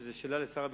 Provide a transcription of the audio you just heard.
שזה שאלה לשר הביטחון,